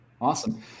Awesome